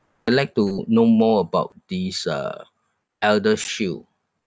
I'd like to know more about this uh eldershield